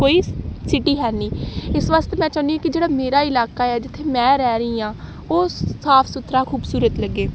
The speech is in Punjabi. ਕੋਈ ਸਿਟੀ ਹੈ ਨਹੀਂ ਇਸ ਵਾਸਤੇ ਮੈਂ ਚਾਹੁੰਦੀ ਕਿ ਜਿਹੜਾ ਮੇਰਾ ਇਲਾਕਾ ਆ ਜਿੱਥੇ ਮੈਂ ਰਹਿ ਰਹੀ ਹਾਂ ਉਹ ਸਾਫ ਸੁਥਰਾ ਖੂਬਸੂਰਤ ਲੱਗੇ